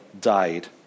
died